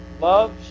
love